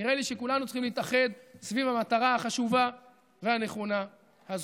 נראה לי שכולנו צריכים להתאחד סביב המטרה החשובה והנכונה הזאת.